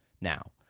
now